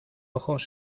ojos